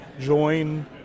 join